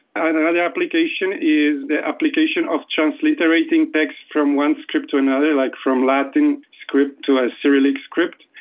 and another application is the application of transliterating text from one script to another, like from latin script to a cyrillic script,